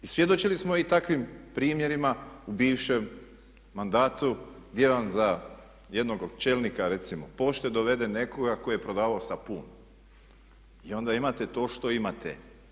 I svjedočili smo i takvim primjerima u bivšem mandatu gdje vam za jednog od čelnika recimo pošte dovede nekoga tko je prodavao sapun i onda imate to što imate.